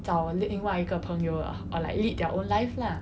找另外一个朋友 ah or like lead their own life lah